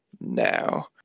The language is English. now